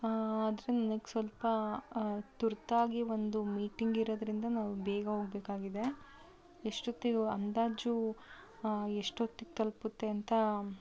ಆದರೆ ನನಗೆ ಸ್ವಲ್ಪ ತುರ್ತಾಗಿ ಒಂದು ಮೀಟಿಂಗ್ ಇರೋದರಿಂದ ನಾವು ಬೇಗ ಹೋಗ್ಬೇಕಾಗಿದೆ ಎಷ್ಟೊತ್ತಿಗೆ ಅಂದಾಜು ಎಷ್ಟೊತ್ತಿಗೆ ತಲುಪುತ್ತೆ ಅಂತ